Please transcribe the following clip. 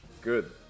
Good